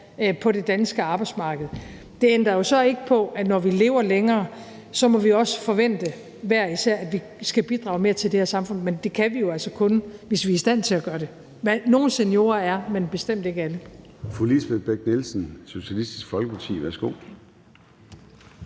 på det danske arbejdsmarked. Det ændrer så ikke på, at når vi lever længere, må vi hver især også forvente, at vi skal bidrage mere til det her samfund. Men det kan vi jo altså kun, hvis vi er i stand til at gøre det. Nogle seniorer er, men bestemt ikke alle.